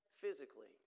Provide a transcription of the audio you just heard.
physically